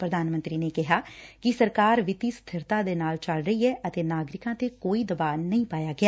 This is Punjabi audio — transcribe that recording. ਪ੍ਰਧਾਨ ਮੰਤਰੀ ਨੇ ਕਿਹਾ ਕਿ ਸਰਕਾਰ ਵਿੱਤੀ ਸਬਿਰਤਾ ਦੇ ਨਾਲ ਚੱਲ ਰਹੀ ਐ ਅਤੇ ਨਾਗਰਿਕਾਂ ਤੇ ਕੋਈ ਦਬਾਅ ਨਹੀਂ ਪਾਇਆ ਗਿਆ